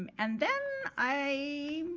um and then i,